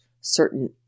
certain